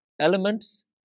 elements